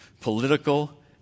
political